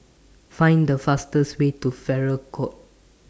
Find The fastest Way to Farrer Court